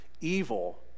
evil